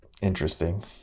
interesting